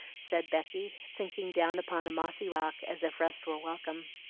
said becky, sinking down upon a mossy rock, as if rest were welcome.